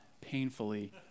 painfully